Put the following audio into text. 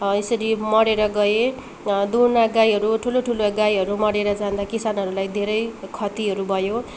यसरी मरेर गए दुना गाईहरू ठुलो ठुलो गाईहरू मरेर जाँदा किसानहरूलाई धेरै खतिहरू भयो